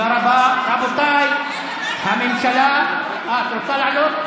את רוצה לעלות?